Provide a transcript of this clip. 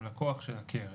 הוא לקוח של הקרן.